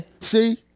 see